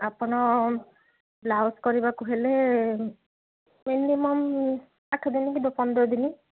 ଆପଣ ବ୍ଲାଉଜ୍ କରିବାକୁ ହେଲେ ମିନିମମ୍ ଆଠଦିନ କି ପନ୍ଦରଦିନ